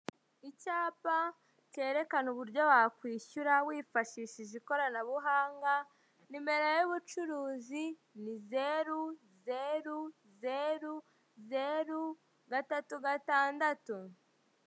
Icyapa kerekana uburyo wa kwishyura wifashishije ikoranabuhanga nimero y'ubucuruzi ni 000036.